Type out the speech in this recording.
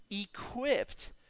equipped